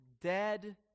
dead